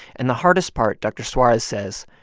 and the hardest part, dr. suarez says,